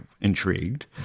intrigued